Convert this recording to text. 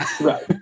right